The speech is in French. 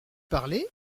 parler